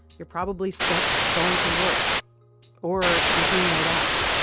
you're probably stuck going to work or you're being laid off.